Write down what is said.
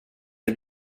det